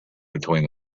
between